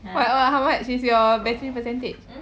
wha~ oh how much is your battery percentage